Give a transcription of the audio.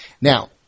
Now